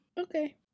Okay